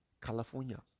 California